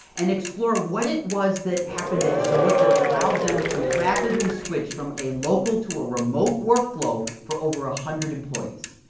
and explore what it was that happened at zoic that allowed them to rapidly switch from a local to a remote workflow for over one ah hundred employees.